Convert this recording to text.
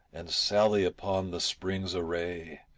and sally upon the spring's array,